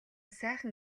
сайхан